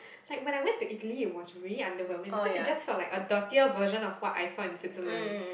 it's like when I went to Italy it was really underwhelming because it just felt like a dirtier version of what I saw in Switzerland